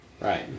Right